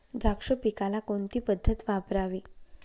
द्राक्ष पिकाला कोणती पद्धत वापरावी?